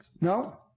No